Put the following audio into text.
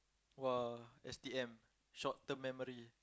!wah! S_T_M short term memory